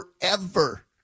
forever